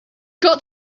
got